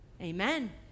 Amen